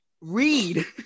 read